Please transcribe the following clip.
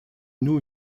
noue